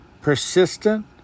persistent